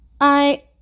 I